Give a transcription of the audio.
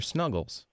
Snuggles